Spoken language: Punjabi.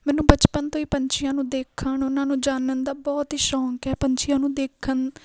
ਮੈਨੂੰ ਬਚਪਨ ਤੋਂ ਹੀ ਪੰਛੀਆਂ ਨੂੰ ਦੇਖਣ ਉਹਨਾਂ ਨੂੰ ਜਾਣਣ ਦਾ ਬਹੁਤ ਹੀ ਸ਼ੌਂਕ ਹੈ ਪੰਛੀਆਂ ਨੂੰ ਦੇਖਣ